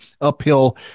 uphill